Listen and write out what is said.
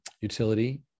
utility